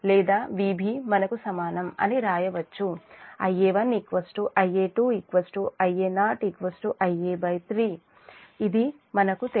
లేదా Vb మనకు సమానం అని వ్రాయవచ్చు Ia1 Ia2 Ia0 Ia3 అది మనకు తెలుసు